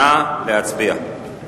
נא להצביע.